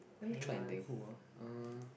let me try and think who ah uh